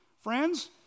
Friends